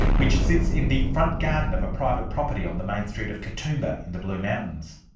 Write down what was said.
which sits in the front garden of a private property on the main street of katoomba in the blue mountains.